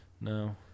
No